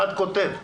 אחד כותב.